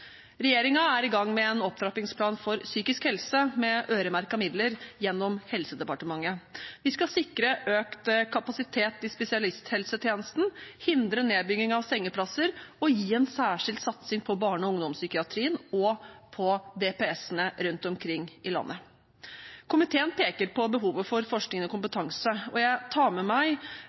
er i gang med en opptrappingsplan for psykisk helse, med øremerkede midler, gjennom Helsedepartementet. Vi skal sikre økt kapasitet i spesialisthelsetjenesten, hindre nedbygging av sengeplasser og ha en særskilt satsing på barne- og ungdomspsykiatrien og på DPS-ene rundt omkring i landet. Komiteen peker på behovet for forskning og kompetanse, og jeg tar med meg